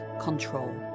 control